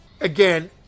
Again